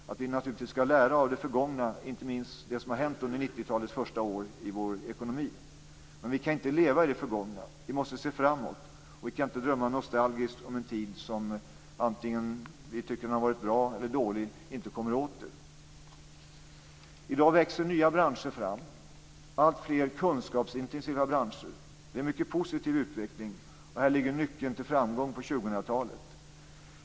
Vi skall naturligtvis lära av det förgångna och inte minst av det som har hänt under 90-talets första år i vår ekonomi. Men vi kan inte leva i det förgångna. Vi måste se framåt. Vi kan inte drömma nostalgiskt om en tid som antingen vi tycker att den har varit bra eller dålig inte kommer åter. I dag växer nya branscher fram. Det är alltfler kunskapsintensiva branscher. Det är en mycket positiv utveckling. Här ligger nyckeln till framgång på 2000-talet.